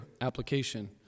application